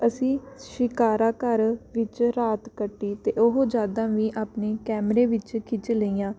ਅਸੀਂ ਸ਼ਿਕਾਰਾ ਘਰ ਵਿੱਚ ਰਾਤ ਕੱਟੀ ਅਤੇ ਉਹ ਯਾਦਾਂ ਵੀ ਆਪਣੇ ਕੈਮਰੇ ਵਿੱਚ ਖਿੱਚ ਲਈਆਂ